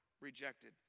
rejected